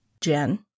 Jen